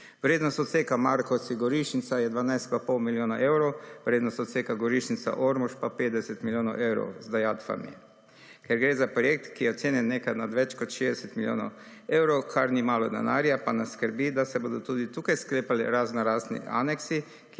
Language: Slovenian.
Vrednost odseka Markovci-Gorišnica je 12,5 milijona evrov, vrednost odseka Gorišnica-Ormož pa 50 milijonov evrov z dajatvami. Ker gre za projekt, ki je ocenjen nekaj nad več kot 60 milijonov evrov, kar ni malo denarja, pa nas skrbi, da se bodo tudi tukaj sklepali raznorazni aneksi,